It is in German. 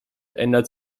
ändert